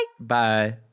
Bye